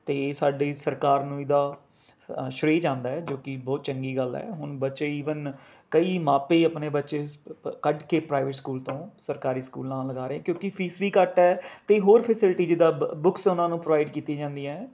ਅਤੇ ਸਾਡੀ ਸਰਕਾਰ ਨੂੰ ਇਹਦਾ ਸਰੇਅ ਜਾਂਦਾ ਹੈ ਜੋ ਕਿ ਬਹੁਤ ਚੰਗੀ ਗੱਲ ਹੈ ਹੁਣ ਬੱਚੇ ਈਵਨ ਕਈ ਮਾਪੇ ਆਪਣੇ ਬੱਚੇ ਕੱਢ ਕੇ ਪ੍ਰਾਈਵੇਟ ਸਕੂਲ ਤੋਂ ਸਰਕਾਰੀ ਸਕੂਲਾਂ ਲਗਾ ਰਹੇ ਕਿਉਂਕਿ ਫੀਸ ਵੀ ਘੱਟ ਹੈ ਅਤੇ ਹੋਰ ਫੈਸਿਲਿਟੀ ਜਿੱਦਾਂ ਬ ਬੁੱਕਸ ਉਹਨਾਂ ਨੂੰ ਪ੍ਰੋਵਾਈਡ ਕੀਤੀ ਜਾਂਦੀ ਹੈ